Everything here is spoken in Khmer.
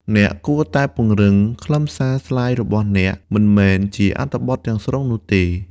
អ្នកគួរតែពង្រឹងខ្លឹមសារស្លាយរបស់អ្នក មិនមែនជាអត្ថបទទាំងស្រុងនោះទេ។